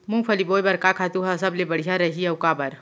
मूंगफली बोए बर का खातू ह सबले बढ़िया रही, अऊ काबर?